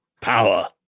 power